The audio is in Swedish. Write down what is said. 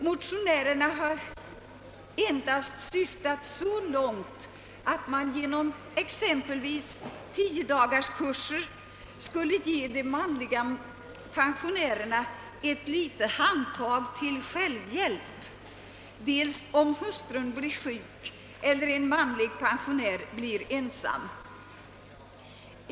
Motionärerna har för sin del endast syftat så långt, att man genom exempelvis tiodagarskurser skulle ge de manliga pensionärerna ett litet handtag till självhjälp om hustrun blir sjuk eller om en manlig pensionär blir ensam.